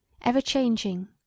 ever-changing